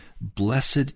Blessed